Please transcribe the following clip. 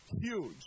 huge